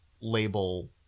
label